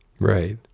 Right